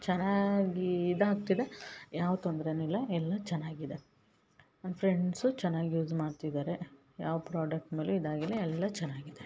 ಚೆನ್ನಾಗಿ ಇದಾಗ್ತಿದೆ ಯಾವ ತೊಂದರೆನು ಇಲ್ಲ ಎಲ್ಲ ಚೆನ್ನಾಗಿದೆ ನನ್ನ ಫ್ರೆಂಡ್ಸು ಚೆನ್ನಾಗಿ ಯೂಸ್ ಮಾಡ್ತಿದ್ದಾರೆ ಯಾವ ಪ್ರಾಡಕ್ಟ್ ಮೇಲು ಇದಾಗಿಲ್ಲ ಎಲ್ಲ ಚೆನ್ನಾಗಿದೆ